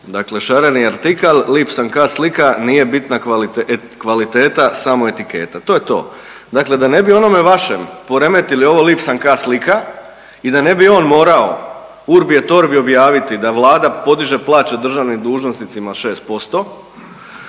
dakle Šareni artikal „Lip san ka slika, nije bitna kvaliteta samo etiketa“. To je to. Dakle da ne bi onome vašem poremetili ovo „lip san ka slika“ i da ne bi on moramo urbi et orbi objaviti da Vlada podiže plaće državnim dužnosnicima 6%